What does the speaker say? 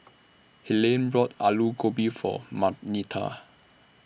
Helaine brought Alu Gobi For Marnita